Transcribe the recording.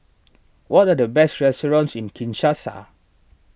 what are the best restaurants in Kinshasa